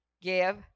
give